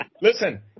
Listen